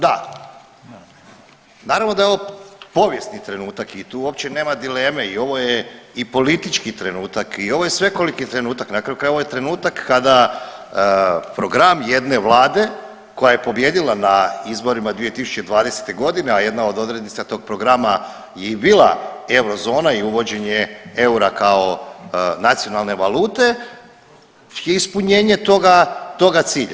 Da, naravno da je ovo povijesni trenutak i tu opće nema dileme i ovo je i politički trenutak i ovo je svekoliki trenutak, na kraju krajeva ovo je trenutak kada program jedne vlade koja je pobijedila na izborima 2020. godine, a jedna od odrednica tog programa je i bila eurozona i uvođenje eura kao nacionalne valute je ispunjenje toga, toga cilja.